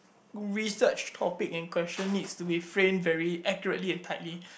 research topic and question needs to be framed very accurately and tightly